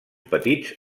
petits